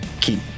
keep